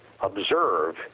observe